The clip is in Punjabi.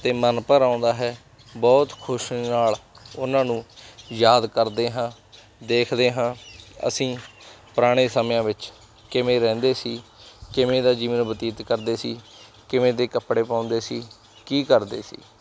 ਅਤੇ ਮਨ ਭਰ ਆਉਂਦਾ ਹੈ ਬਹੁਤ ਖੁਸ਼ ਦੇ ਨਾਲ ਉਹਨਾਂ ਨੂੰ ਯਾਦ ਕਰਦੇ ਹਾਂ ਦੇਖਦੇ ਹਾਂ ਅਸੀਂ ਪੁਰਾਣੇ ਸਮਿਆਂ ਵਿੱਚ ਕਿਵੇਂ ਰਹਿੰਦੇ ਸੀ ਕਿਵੇਂ ਦਾ ਜੀਵਨ ਬਤੀਤ ਕਰਦੇ ਸੀ ਕਿਵੇਂ ਦੇ ਕੱਪੜੇ ਪਾਉਂਦੇ ਸੀ ਕੀ ਕਰਦੇ ਸੀ